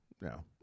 no